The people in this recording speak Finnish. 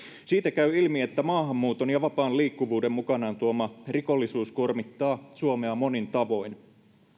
siitä käy ilmi että maahanmuuton ja vapaan liikkuvuuden mukanaan tuoma rikollisuus kuormittaa suomea monin tavoin